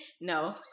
no